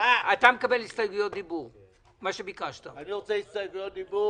הייתה פעם שביקשתם מאגף תקציבים להגיע ולא הגיעו?